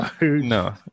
No